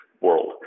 world